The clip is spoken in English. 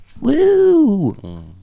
Woo